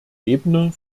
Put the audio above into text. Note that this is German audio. ebner